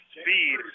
speed